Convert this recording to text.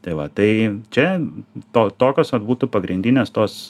tai va tai čia to tokios vat būtų pagrindinės tos